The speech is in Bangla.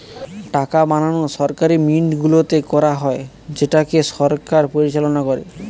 টাকা বানানো সরকারি মিন্টগুলোতে করা হয় যেটাকে সরকার পরিচালনা করে